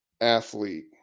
athlete